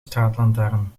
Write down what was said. straatlantaarn